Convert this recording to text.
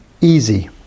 easy